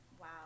Wow